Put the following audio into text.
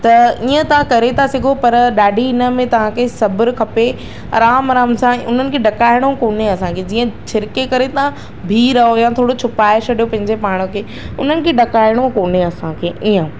त ईअं तव्हां करे था सघो पर ॾाढी हिन में तव्हांखे सब्रु खपे आराम आराम सां उन्हनि खे ॾकाइणो कोन्हे असांखे जीअं छिरके करे तव्हां बिह रहो या थोरो छुपाए छॾो पंहिंजे पाण खे उन्हनि खे ॾकाइणो कोन्हे असांखे ईअं